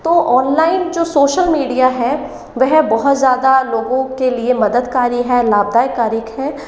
तो ऑनलाइन जो social media है वह बहुत ज़्यादा लोगों के लिए मदद कारी ही लाभदायक कारीक है